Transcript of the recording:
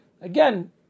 again